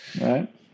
right